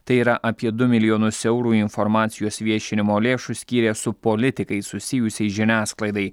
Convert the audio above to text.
tai yra apie du milijonus eurų informacijos viešinimo lėšų skyrė su politikais susijusiai žiniasklaidai